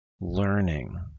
learning